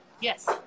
Yes